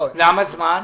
למה זמן?